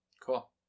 cool